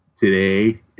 today